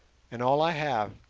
and all i have